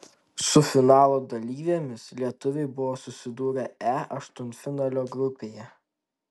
su finalo dalyvėmis lietuviai buvo susidūrę e aštuntfinalio grupėje